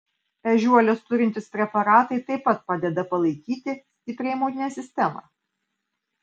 ežiuolės turintys preparatai taip pat padeda palaikyti stiprią imuninę sistemą